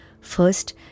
First